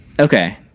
Okay